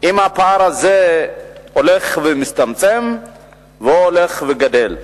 אם הפער הזה הולך ומצטמצם או הולך וגדל.